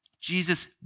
Jesus